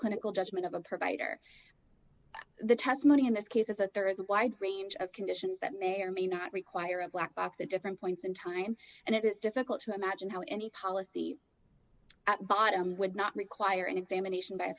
clinical judgment of a provider the testimony in this case is that there is a wide range of conditions that may or may not require a black box at different points in time and it is difficult to imagine how any policy at bottom would not require an examination by a